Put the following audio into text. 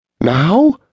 Now